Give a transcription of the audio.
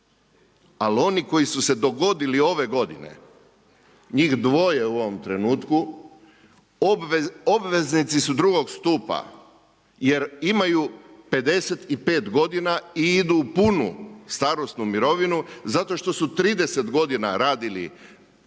Ali oni koji su se dogodili ove godine, njih dvoje u ovom trenutku, obveznici su drugog stupa jer imaju 55 godina i idu u punu starosnu mirovinu zato što su 30 godina radili na